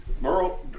Merle